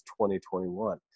2021